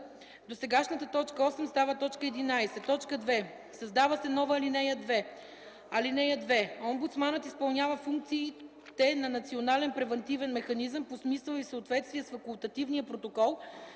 досегашната т. 8 става т. 11. 2. Създава се нова ал. 2: „(2) Омбудсманът изпълнява функциите на Национален превантивен механизъм по смисъла и в съответствие с Факултативния протокол